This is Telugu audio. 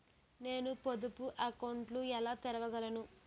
నేను పొదుపు అకౌంట్ను ఎలా తెరవగలను?